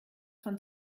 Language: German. von